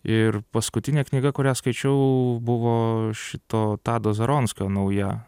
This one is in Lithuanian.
ir paskutinė knyga kurią skaičiau buvo šito tado zaronskio nauja